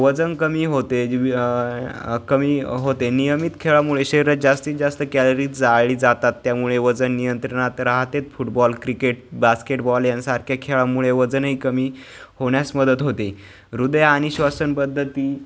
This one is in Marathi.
वजन कमी होते जी वि कमी होते नियमित खेळामुळे शरीरात जास्तीत जास्त कॅलरी जाळली जातात त्यामुळे वजन नियंत्रणात राहतेत फुटबॉल क्रिकेट बास्केटबॉल यांसारख्या खेळांमुळे वजनही कमी होण्यास मदत होते हृदय आणि श्वसनपद्धती